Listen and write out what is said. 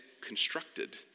constructed